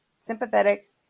Sympathetic